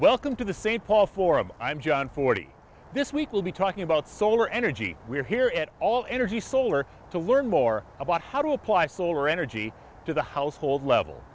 welcome to the st paul forum i'm john forty this week we'll be talking about solar energy we're here at all energy solar to learn more about how to apply solar energy to the household level